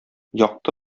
якты